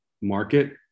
market